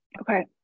Okay